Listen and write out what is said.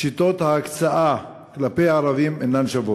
שיטות ההקצאה כלפי הערבים אינן שוות,